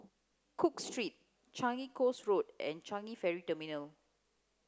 cook Street Changi Coast Road and Changi Ferry Terminal